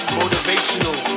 motivational